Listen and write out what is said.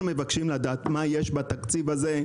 אנחנו מבקשים לדעת מה יש בתקציב הזה,